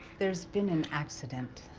there's been an accident.